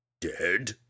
Dead